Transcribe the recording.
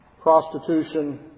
prostitution